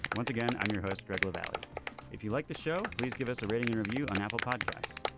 once again. i'm your host regular valley if you like the show. please give us a rating and review on apple podcasts.